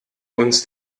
uns